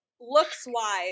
looks-wise